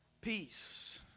Peace